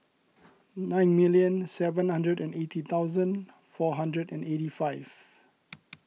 nine million seven hundred and eighty thousand four hundred and eighty five